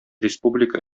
республика